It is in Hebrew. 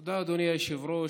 תודה, אדוני היושב-ראש.